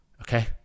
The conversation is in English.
Okay